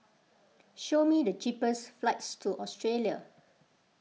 show me the cheapest flights to Australia